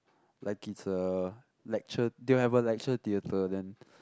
like it's a lecture they have a lecture theatre then